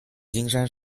金山